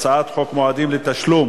הצעת חוק מועדים לתשלום